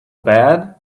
bad